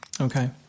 Okay